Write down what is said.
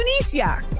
Tunisia